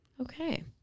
Okay